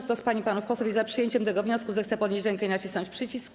Kto z pań i panów posłów jest za przyjęciem tego wniosku, zechce podnieść rękę i nacisnąć przycisk.